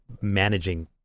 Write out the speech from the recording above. managing